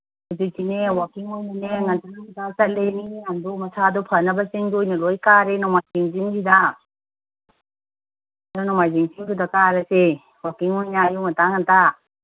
ꯍꯧꯖꯤꯛꯇꯤꯅꯦ ꯋꯥꯀꯤꯡ ꯑꯣꯏꯅꯅꯦ ꯉꯟꯇꯥ ꯉꯟꯇꯥ ꯆꯠꯂꯦ ꯃꯤ ꯃꯌꯥꯝꯗꯣ ꯃꯁꯥꯗꯣ ꯐꯅꯕ ꯆꯤꯡꯗ ꯑꯣꯏꯅ ꯂꯣꯏ ꯀꯥꯔꯦ ꯅꯣꯡꯃꯥꯏꯖꯤꯡ ꯆꯤꯡꯁꯤꯗ ꯑꯗꯨꯅ ꯅꯣꯡꯃꯥꯏꯖꯤꯡ ꯆꯤꯡꯗꯨꯗ ꯀꯥꯔꯁꯦ ꯋꯥꯀꯤꯡ ꯑꯣꯏꯅ ꯑꯌꯨꯛ ꯉꯟꯇꯥ ꯉꯟꯇꯥ